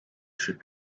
should